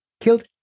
killed